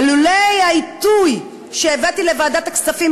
ולולא העיתוי שבו הבאתי לוועדת הכספים,